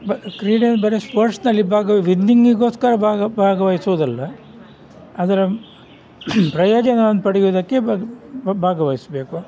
ಬ ಕ್ರೀಡೆ ಬರಿ ಸ್ಪೋರ್ಟ್ನಲ್ಲಿ ಭಾಗವ ವಿನ್ನಿಂಗಿಗೋಸ್ಕರ ಭಾಗವಹಿಸೋದಲ್ಲ ಅದರ ಪ್ರಯೋಜನವನ್ನ ಪಡೆಯೋದಕ್ಕೆ ಭಾಗವಹಿಸಬೇಕು